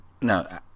No